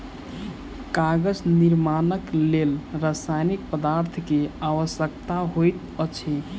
कागज निर्माणक लेल रासायनिक पदार्थ के आवश्यकता होइत अछि